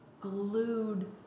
glued